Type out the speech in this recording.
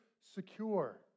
secure